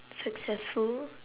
successful